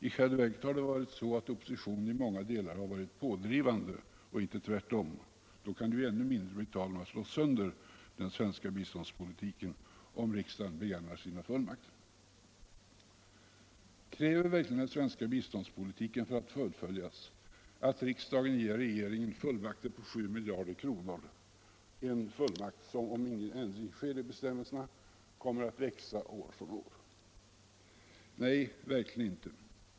I själva verket har det varit så, att oppositionen i många delar har varit pådrivande och inte tvärtom. Då kan det ju ännu mindre bli tal om att slå sönder den svenska biståndspolitiken, om riksdagen begagnar sina rättigheter. Kräver verkligen den svenska biståndspolitiken för att fullföljas att riksdagen ger regeringen fullmakt på 7 miljarder kr. — en fullmakt som, om ingen ändring sker i bestämmelserna, kommer att växa år från år? Nej, verkligen inte!